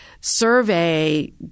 survey